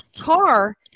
car